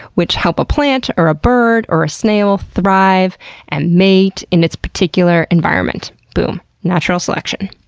which help a plant, or a bird, or a snail thrive and mate in its particular environment boom. natural selection.